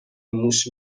موش